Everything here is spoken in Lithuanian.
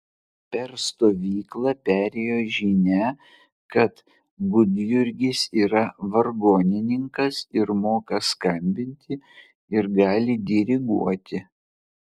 per stovyklą perėjo žinia kad gudjurgis yra vargonininkas ir moka skambinti ir gali diriguoti